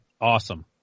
awesome